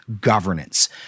governance